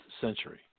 century